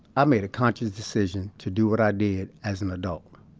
i made a conscious decision to do what i did as an adult.